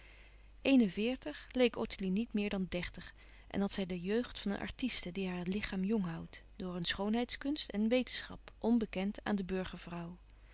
een en veertig leek ottilie niet meer dan dertig en had zij de jeugd van een artiste die haar lichaam jong houdt door een schoonheidskunst en wetenschap onbekend aan de